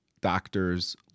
doctors